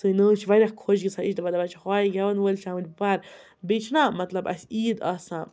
تہٕ نانۍ چھِ واریاہ خۄش گَژھان یہِ چھِ دَپان دَپان چھِ ہۄاے گٮ۪وَن وٲلۍ چھِ آمٕتۍ بیٚیہِ چھِ نا مطلب اَسہِ عید آسان